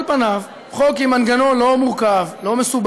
על פניו, חוק עם מנגנון לא מורכב, לא מסובך.